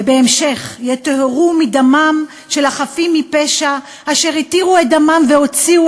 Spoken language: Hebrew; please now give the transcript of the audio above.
ובהמשך: יטוהרו מדמם של החפים מפשע אשר התירו את דמם והוציאו